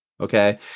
okay